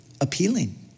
appealing